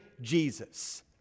Jesus